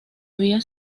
había